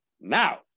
now